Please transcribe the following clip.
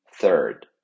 Third